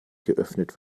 geöffnet